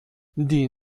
die